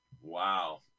Wow